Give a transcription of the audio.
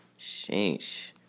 Sheesh